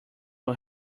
who